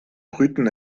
brüten